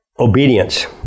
Obedience